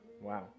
Wow